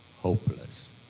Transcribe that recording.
hopeless